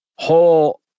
whole